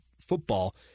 football